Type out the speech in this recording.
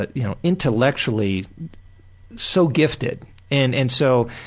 but y'know, intellectually so gifted and and so.